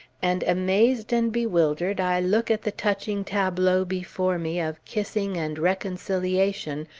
and amazed and bewildered i look at the touching tableau before me of kissing and reconciliation,